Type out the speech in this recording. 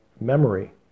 memory